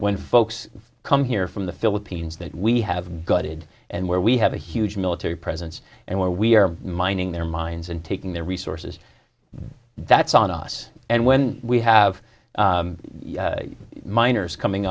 when folks come here from the philippines that we have gutted and where we have a huge military presence and where we are minding their mines and taking their resources that's on us and when we have miners coming